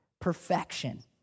perfection